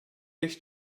beş